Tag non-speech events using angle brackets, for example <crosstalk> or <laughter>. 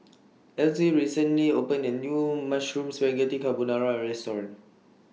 <noise> Elzy recently opened A New Mushroom Spaghetti Carbonara Restaurant